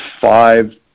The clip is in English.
five